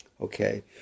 okay